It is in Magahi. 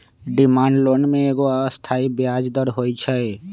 डिमांड लोन में एगो अस्थाई ब्याज दर होइ छइ